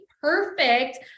perfect